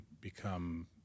become